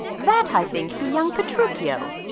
that, i think, be young petruchio.